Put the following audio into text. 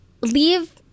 leave